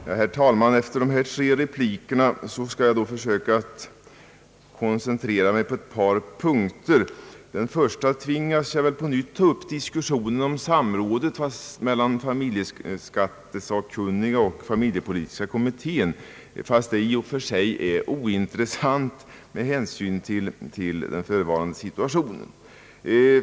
Herr talman! Efter dessa tre repliker skall jag försöka koncentrera mig på ett par punkter. Först tvingas jag på nytt att ta upp diskussionen om samrådet mellan familjeskatteberedningen och familjepolitiska kommittén, fastän detta i och för sig är ointressant med hänsyn till den förevarande situationen.